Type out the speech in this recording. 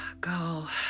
girl